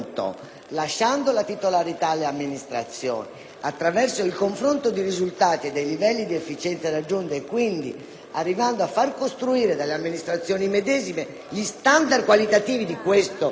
attraverso il confronto dei risultati e dei livelli di efficienza raggiunti (e quindi arrivando a far costruire dalle amministrazioni medesime gli standard qualitativi per il confronto stesso) i modi per rendere